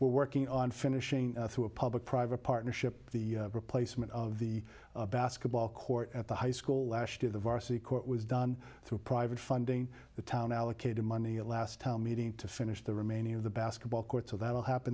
we're working on finishing through a public private partnership the replacement of the basketball court at the high school last of the varsity court was done through private funding the town allocated money a last town meeting to finish the remaining of the basketball court so that will happen